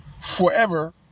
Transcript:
forever